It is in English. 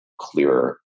clearer